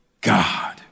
God